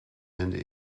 and